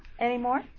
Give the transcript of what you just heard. anymore